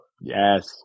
yes